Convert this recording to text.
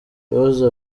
rose